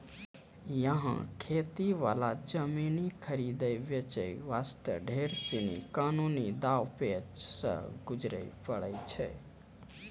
यहाँ खेती वाला जमीन खरीदै बेचे वास्ते ढेर सीनी कानूनी दांव पेंच सॅ गुजरै ल पड़ै छै